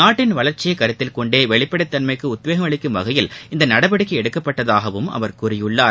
நாட்டின் வளர்ச்சியை கருத்தில் கொண்டே வெளிப்படைத்தன்மைக்குஉத்வேகம் அளிக்கும் வகையில் இந்த நடவடிக்கை எடுக்கப்பட்டதாகவும் அவர் கூறியுள்ளார்